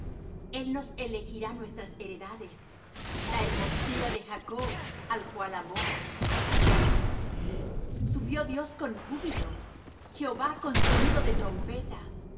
el nos elegirá nuestras heredades la hermosura de jacob al cual amó selah subió dios con júbilo jehová con sonido de trompeta